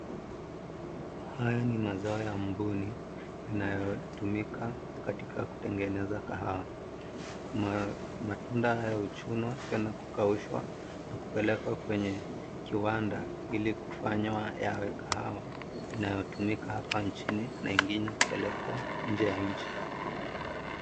Haya ni mazao ya mbuni yanayotumika katika kutengeneza kahawa. Matunda haya huchunwa tena kukaushwa.na kupelekwa kwenye kiwanda ili kufanyiwa yawe kahawa inayotumika hapa nchini na ingine kupelekwa nje ya nchi.